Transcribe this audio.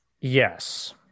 Yes